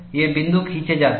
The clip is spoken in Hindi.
ये बिंदु खींचे जाते हैं